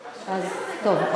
בסדר,